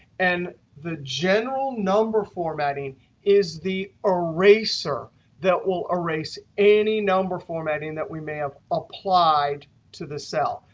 and the general number formatting is the eraser that will erase any number formatting that we may have applied to the cell.